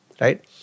right